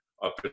up